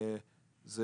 זה